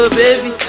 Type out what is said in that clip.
baby